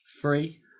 three